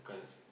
because